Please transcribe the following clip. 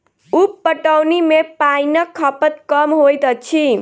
उप पटौनी मे पाइनक खपत कम होइत अछि